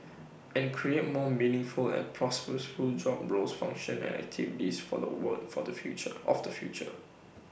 and create more meaningful and purposeful job roles function and activities for the work for the future of the future